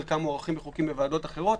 חלקן מוארכות בחוקים בוועדות אחרות.